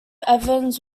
evans